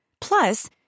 Plus